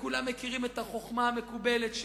כולם מכירים את החוכמה המקובלת,